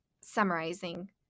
summarizing